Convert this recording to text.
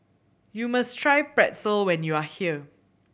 you must try Pretzel when you are here